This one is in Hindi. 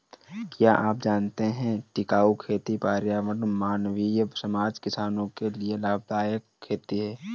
क्या आप जानते है टिकाऊ खेती पर्यावरण, मानवीय समाज, किसानो के लिए लाभदायक खेती है?